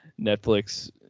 Netflix